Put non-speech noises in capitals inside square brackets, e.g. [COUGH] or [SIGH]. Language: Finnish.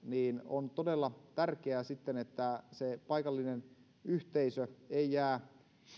[UNINTELLIGIBLE] niin on sitten todella tärkeää että se paikallinen yhteisö ei jää